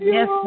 Yes